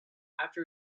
after